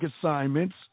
assignments